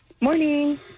Morning